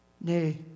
Nay